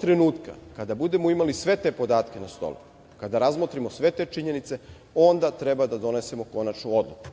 trenutka kada budemo imali sve te podatke na stolu, kada razmotrimo sve te činjenice, onda treba da donesemo konačnu odluku.